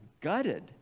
gutted